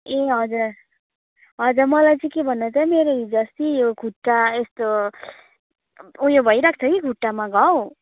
ए हजुर हजुर मलाई चाहिँ के भन्नु त मेरो यो हिजो अस्ति खुट्टा यस्तो उयो भइराख्छ कि खुट्टामा घाउ